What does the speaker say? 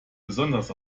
besonders